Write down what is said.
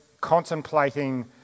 contemplating